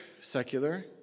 secular